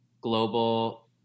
global